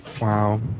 Wow